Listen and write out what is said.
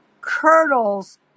curdles